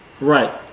right